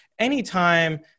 Anytime